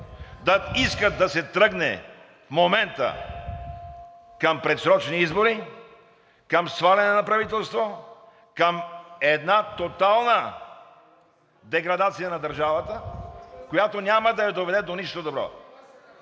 Да искат да се тръгне в момента към предсрочни избори, към сваляне на правителство, към една тотална деградация на държавата, която няма да я доведе до нищо добро.